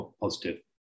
positive